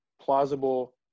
plausible